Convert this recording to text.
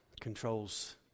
controls